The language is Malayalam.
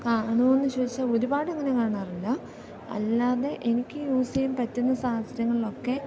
കാണുമോ എന്ന് ചോദിച്ചാൽ ഒരുപാട് അങ്ങനെ കാണാറില്ല അല്ലാതെ എനിക്ക് യൂസ് ചെയ്യാൻ പറ്റുന്ന സാസ്രങ്ങളിലൊക്കെ